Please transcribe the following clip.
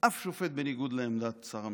אף שופט בניגוד לעמדת שר המשפטים,